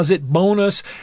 Bonus